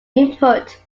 input